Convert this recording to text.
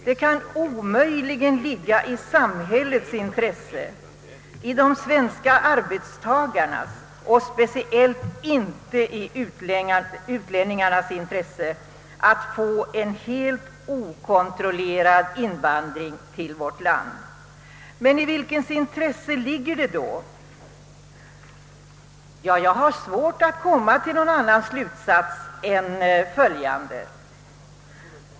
Det kan omöjligen ligga i samhällets intresse, i de svenska arbetstagarnas och speciellt inte i utlänningarnas intresse att få en helt okontrollerad invandring till vårt land. Men i vems intresse ligger det då? Jag har svårt att komma till någon annan slutsats än följande.